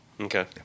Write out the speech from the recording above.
okay